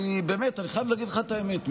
אני חייב להגיד לך את האמת,